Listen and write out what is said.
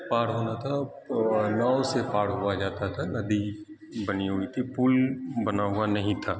پار ہونا تھا اور ناؤ سے پار ہوا جاتا تھا ندی بنی ہوئی تھی پل بنا ہوا نہیں تھا